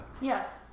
Yes